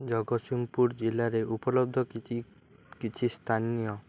ଜଗତସିଂହପୁର ଜିଲ୍ଲାରେ ଉପଲବ୍ଧ କିଛି କିଛି ସ୍ଥାନୀୟ